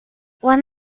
when